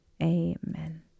Amen